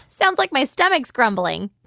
sounds like my stomach's grumbling.